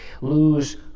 lose